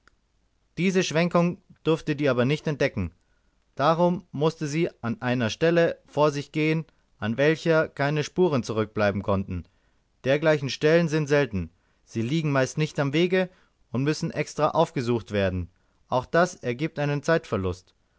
diese schwenkung durftet ihr aber nicht entdecken darum mußte sie an einer stelle vor sich gehen an welcher keine spuren zurückbleiben konnten dergleichen stellen sind selten sie liegen meist nicht am wege und müssen extra aufgesucht werden auch das ergibt einen zeitverlust